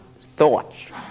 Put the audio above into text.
thoughts